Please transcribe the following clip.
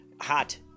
hot